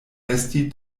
esti